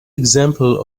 example